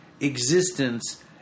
existence